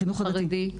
החינוך הדתי,